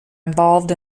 involved